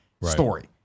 story